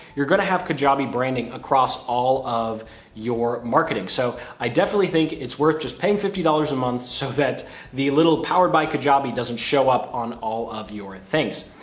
you're going to have kajabi branding across all of your marketing. so i definitely think it's worth just paying fifty dollars a month so that the little powered by kajabi doesn't show up on all of your things.